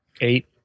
eight